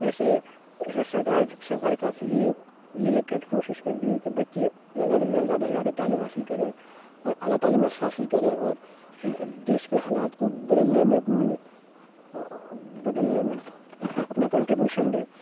ویسے سرکار سرکار کافی یہ یہ لے کر کوشش کر رہی ہے کہ بچے زیادہ سے زیادہ تعلیم حاصل کریں اور اعلیٰ تعلیم حاصل کریں اور دیش کے حالات کو بدلنے میں اپنی بدلنے میں اپنا کنٹربیوشن دیں